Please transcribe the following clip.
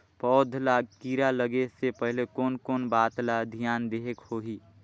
पौध ला कीरा लगे से पहले कोन कोन बात ला धियान देहेक होही?